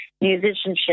musicianship